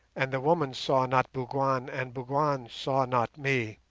and the woman saw not bougwan, and bougwan saw not me.